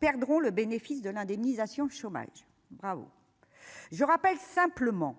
perdront le bénéfice de l'indemnisation chômage, bravo, je rappelle simplement